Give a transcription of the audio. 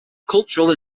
cultural